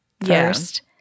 first